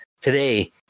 Today